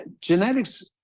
genetics